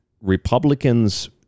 Republicans